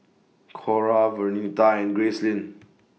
Cora Vernita and Gracelyn